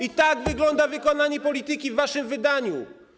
I tak wygląda wykonanie polityki w waszym wydaniu.